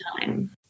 time